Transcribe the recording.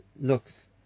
looks